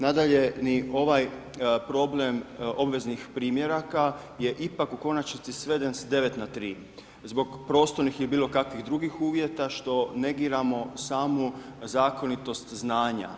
Nadalje, ni ovaj problem obveznih primjeraka, je ipak u konačnici sveden s 9 na 3 zbog prostornih ili bilo kakvih drugih uvjeta što negiramo samu zakonitost znanja.